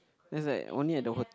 that's like only at the hot~